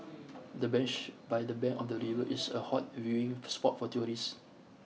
the bench by the bank of the river is a hot viewing spot for tourists